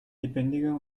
lebendiger